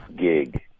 gig